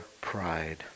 pride